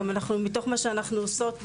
גם מתוך מה שאנחנו עושות בשטח,